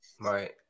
Right